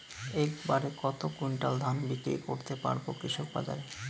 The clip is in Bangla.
এক বাড়ে কত কুইন্টাল ধান বিক্রি করতে পারবো কৃষক বাজারে?